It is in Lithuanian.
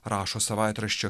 rašo savaitraščio